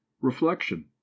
Reflection